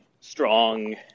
strong